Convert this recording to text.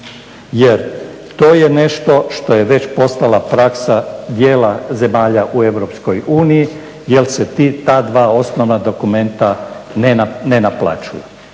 Jer to je nešto što je već postala praksa dijela zemalja u EU jer se ta dva osnovna dokumenta ne naplaćuju.